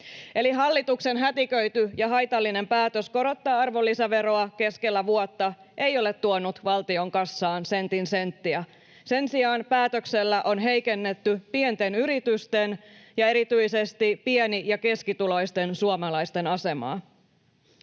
hallituksen hätiköity ja haitallinen päätös korottaa arvonlisäveroa keskellä vuotta ei ole tuonut valtion kassaan sentin senttiä. Sen sijaan päätöksellä on heikennetty pienten yritysten ja erityisesti pieni- ja keskituloisten suomalaisten asemaa.